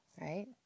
right